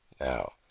Now